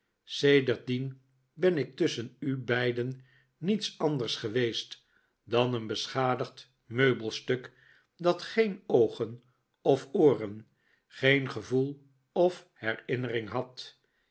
niet sedertdien ben ik tusschen u beiden niets anders geweest dan een beschadigd meubelstuk dat geen oogen of ooren geen gevoel of herinnering had